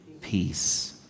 Peace